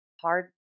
hard